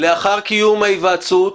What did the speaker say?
לאחר קיום ההיוועצות,